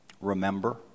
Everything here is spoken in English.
Remember